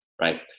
right